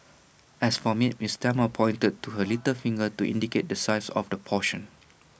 as for meat miss Thelma pointed to her little finger to indicate the size of the portion